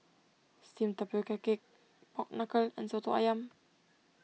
Steamed Tapioca Cake Pork Knuckle and Soto Ayam